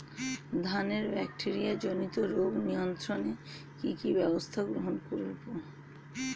ধানের ব্যাকটেরিয়া জনিত রোগ নিয়ন্ত্রণে কি কি ব্যবস্থা গ্রহণ করব?